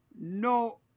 no